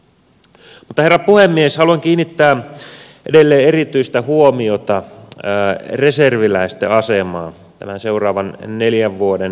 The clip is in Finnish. mutta herra puhemies haluan kiinnittää edelleen erityistä huomiota reserviläisten asemaan tämän seuraavan neljän vuoden aikana